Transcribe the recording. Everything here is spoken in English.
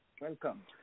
Welcome